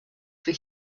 for